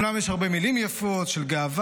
אומנם יש הרבה מילים יפות של גאווה,